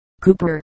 Cooper